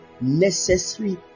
necessary